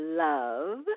love